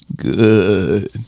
Good